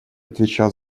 отвечал